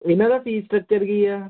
ਇਹਨਾਂ ਦਾ P structure ਕੀ ਆ